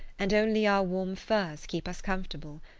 and only our warm furs keep us comfortable.